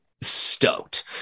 stoked